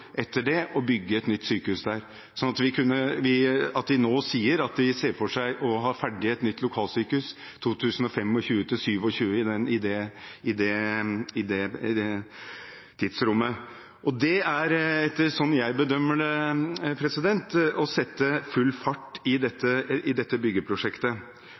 å bygge et nytt sykehus der. At de nå sier at de ser for seg å ha ferdig et nytt lokalsykehus i tidsrommet 2025–2027, er, slik jeg bedømmer det, å sette full fart i dette byggeprosjektet. De har også sagt at det